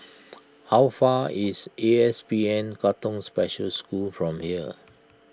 how far is A P S N Katong Special School from here